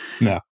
No